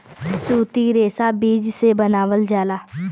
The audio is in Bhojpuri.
सूती रेशा बीज से बनावल जाला